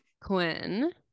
Quinn